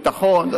ביטחון,